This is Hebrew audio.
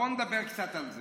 בוא נדבר קצת על זה.